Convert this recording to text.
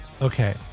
Okay